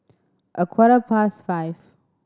a quarter past five